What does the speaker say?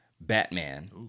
Batman